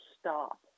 stop